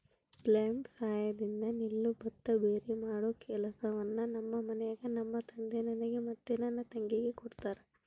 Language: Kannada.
ಫ್ಲ್ಯಾಯ್ಲ್ ಸಹಾಯದಿಂದ ನೆಲ್ಲು ಭತ್ತ ಭೇರೆಮಾಡೊ ಕೆಲಸವನ್ನ ನಮ್ಮ ಮನೆಗ ನಮ್ಮ ತಂದೆ ನನಗೆ ಮತ್ತೆ ನನ್ನ ತಂಗಿಗೆ ಕೊಡ್ತಾರಾ